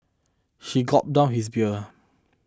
he gulped down his beer